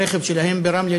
ברכב שלהם ברמלה,